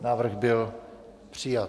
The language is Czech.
Návrh byl přijat.